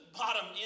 bottom